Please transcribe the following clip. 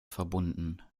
verbunden